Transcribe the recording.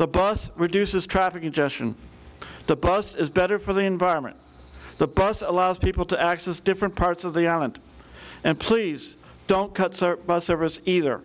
the bus reduces traffic congestion the bus is better for the environment the bus allows people to access different parts of the island and please don't cut bus service either